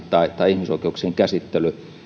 tai tai ihmisoikeuksien käsittely